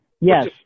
Yes